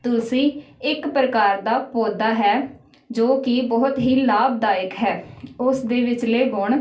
ਤੁਲਸੀ ਇੱਕ ਪ੍ਰਕਾਰ ਦਾ ਪੌਦਾ ਹੈ ਜੋ ਕਿ ਬਹੁਤ ਹੀ ਲਾਭਦਾਇਕ ਹੈ ਉਸ ਦੇ ਵਿਚਲੇ ਗੁਣ